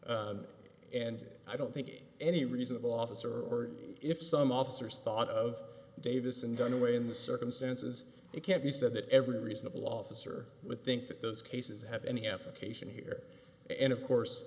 and i don't think any reasonable officer or if some officers thought of davison dunaway in the circumstances it can't be said that every reasonable officer would think that those cases have any application here and of course